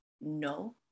no